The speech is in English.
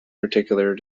particular